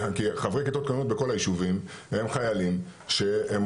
כי חברי כיתות כוננות בכל היישובים הם חיילים שהם